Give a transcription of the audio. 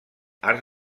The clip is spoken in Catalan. arts